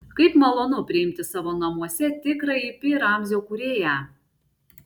kaip malonu priimti savo namuose tikrąjį pi ramzio kūrėją